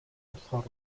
болохоор